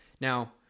Now